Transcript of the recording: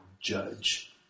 judge